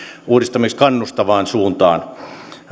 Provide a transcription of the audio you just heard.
uudistamisesta kannustavaan suuntaan